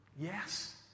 Yes